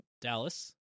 Dallas